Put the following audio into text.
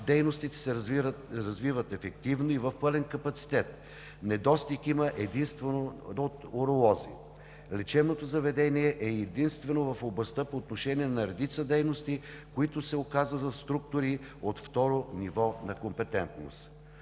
дейностите се развиват ефективно и в пълен капацитет, недостиг има единствено от уролози. Лечебното заведение е единственото в областта по отношение на редица дейности, които се оказват в структури от второ ниво на компетентност.